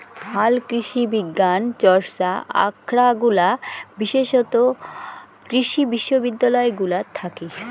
হালকৃষিবিজ্ঞান চর্চা আখরাগুলা বিশেষতঃ কৃষি বিশ্ববিদ্যালয় গুলাত থাকি